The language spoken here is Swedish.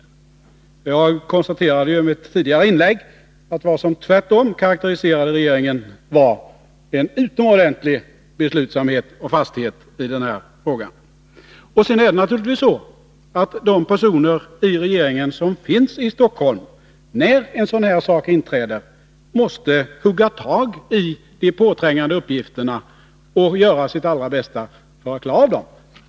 I ett tidigare inlägg konstaterade ju jag att regeringens handlande i denna fråga tvärtom hade karakteriserats av en utomordentlig beslutsamhet och fasthet. De personer i regeringen som finns i Stockholm när en sådan här sak inträffar måste naturligtvis hugga tag i de påträngande uppgifterna och göra sitt allra bästa för att försöka klara av dem.